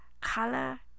color